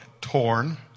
torn